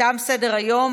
תם סדר-היום.